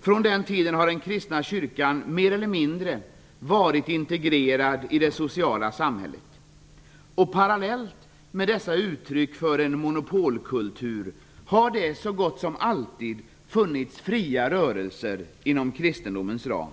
Från den tiden har den kristna kyrkan mer eller mindre varit integrerad i samhället. Parallellt med dessa uttryck för en monopolkultur har det så gott som alltid funnits fria rörelser inom kristendomens ram.